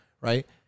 right